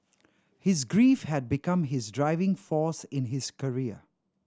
his grief had become his driving force in his career